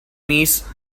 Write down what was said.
niece